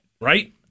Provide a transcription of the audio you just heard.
right